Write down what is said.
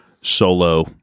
solo